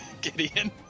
Gideon